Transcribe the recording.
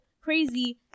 crazy